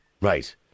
Right